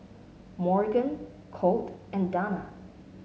Morgan Colt and Dana